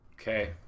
Okay